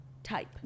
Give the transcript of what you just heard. type